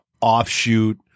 offshoot